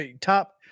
top